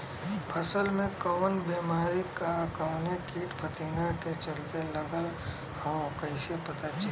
फसल में कवन बेमारी कवने कीट फतिंगा के चलते लगल ह कइसे पता चली?